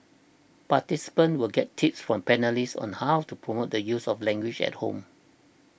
participants will get tips from panellists on how to promote the use of the language at home